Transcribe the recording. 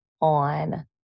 on